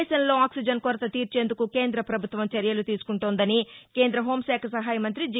దేశంలో ఆక్సిజన్ కొరత తీర్చేందుకు కేంద్ర ప్రభుత్వం చర్యలు తీసుకుంటోందని కేంద్ర హోంశాఖ సహాయ మంతి జి